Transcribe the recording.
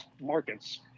markets